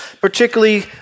particularly